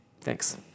Thanks